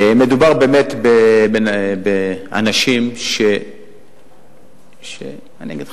מדובר באמת באנשים שמה אני אגיד לך?